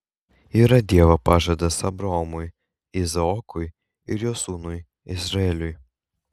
yra dievo pažadas abraomui izaokui ir jo sūnui izraeliui